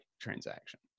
transaction